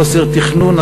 חוסר תכנון,